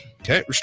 Okay